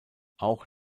auch